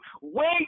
Wait